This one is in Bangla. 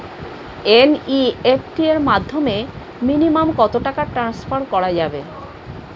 এন.ই.এফ.টি এর মাধ্যমে মিনিমাম কত টাকা টান্সফার করা যাবে?